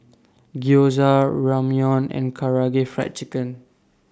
Gyoza Ramyeon and Karaage Fried Chicken